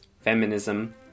feminism